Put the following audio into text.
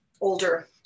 older